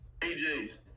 AJ's